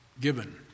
Given